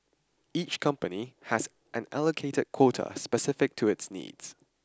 each company has an allocated quota specific to its needs